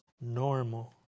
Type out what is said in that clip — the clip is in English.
normal